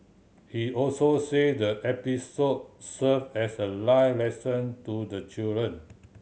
he also said the episode served as a life lesson to the children